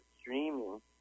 streaming